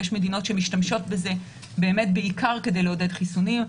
יש מדינות שמשתמשות בזה בעיקר כדי לעודד חיסונים.